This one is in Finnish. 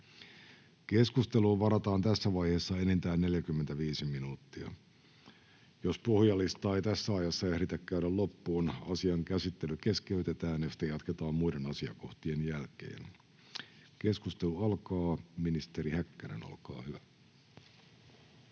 Keskusteluun varataan tässä vaiheessa enintään 45 minuuttia. Jos puhujalistaa ei tässä ajassa ehditä käydä loppuun, asian käsittely keskeytetään ja sitä jatketaan muiden asiakohtien jälkeen. Keskustelu alkaa. — Ministeri Häkkänen, olkaa hyvä.